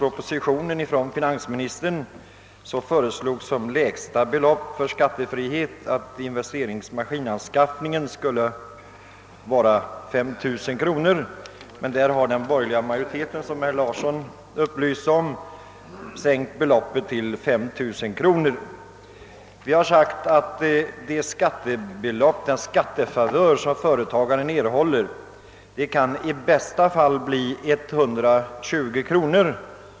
I finansministerns proposition föreslås som lägsta belopp för skattefrihet vid maskinanskaffning 35000 kronor. Som herr Larsson i Umeå här upplyser har den borgerliga majoriteten velat sänka beloppet med 2000 kronor. Vi reservanter har påpekat att den skattefavör som företagaren då erhåller i bästa fall kan bli 120 kronor.